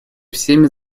всеми